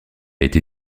été